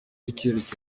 icyemezo